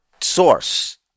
source